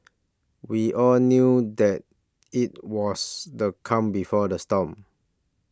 we all knew that it was the calm before the storm